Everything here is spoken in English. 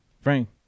Frank